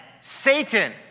Satan